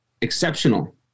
exceptional